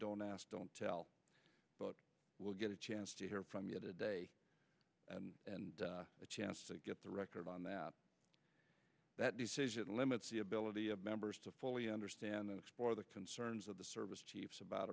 don't ask don't tell but we'll get a chance to hear from you today and a chance to get the record on that that decision limits the ability of members to fully understand that explore the concerns of the service chiefs about